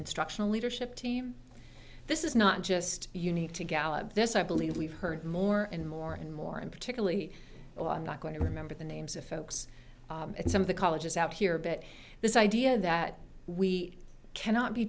instructional leadership team this is not just unique to gallup this i believe we've heard more and more and more and particularly well i'm not going to remember the names of folks and some of the colleges out here but this idea that we cannot be